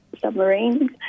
submarines